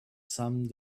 some